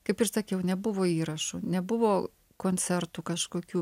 kaip ir sakiau nebuvo įrašų nebuvo koncertų kažkokių